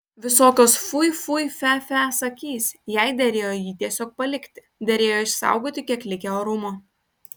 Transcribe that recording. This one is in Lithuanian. visokios fui fui fe fe sakys jai derėjo jį tiesiog palikti derėjo išsaugoti kiek likę orumo